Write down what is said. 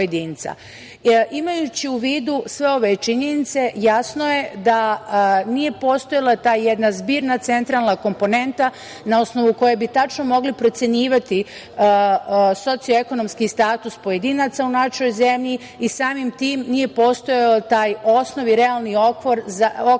u vidu sve ove činjenice, jasno je da nije postojala ta jedan zbirna centralna komponenta na osnovu koje bi tačno mogli procenjivati sociekonomski status pojedinaca u našoj zemlji i samim tim nije postojao taj osnov i realni okvir za kreiranje